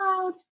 cloud